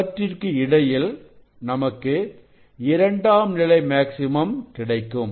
அவற்றிற்கு இடையில் நமக்கு இரண்டாம் நிலை மேக்ஸிமம் கிடைக்கும்